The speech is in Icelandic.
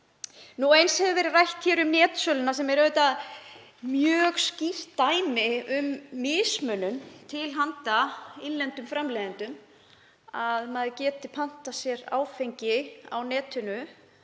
Hér hefur verið rætt um netsöluna sem er auðvitað mjög skýrt dæmi um mismunun gagnvart innlendum framleiðendum. Maður getur pantað sér áfengi á netinu,